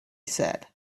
said